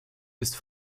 ist